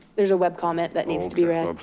there's a web comment that needs to be read.